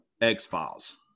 X-Files